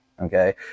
Okay